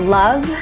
love